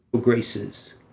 graces